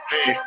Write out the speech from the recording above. Hey